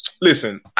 Listen